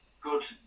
good